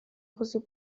così